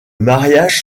mariage